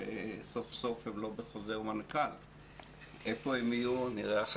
נכבד את מי שנרשם.